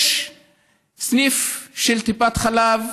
יש סניף של טיפת חלב,